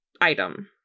item